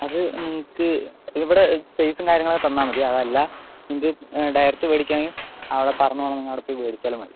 അത് നിങ്ങൾക്ക് ഇവിടെ സൈസ് കാര്യങ്ങളൊക്കെ തന്നാൽ മതി അതല്ലാ നിങ്ങൾക്ക് ഡയറക്റ്റ് മേടിക്കുവാണെങ്കിൽ അവിടെ പറഞ്ഞ കണക്ക് അവിടെ പോയി മേടിച്ചാലും മതി